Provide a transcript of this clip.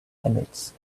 emits